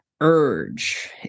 urge